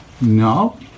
No